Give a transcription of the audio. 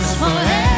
forever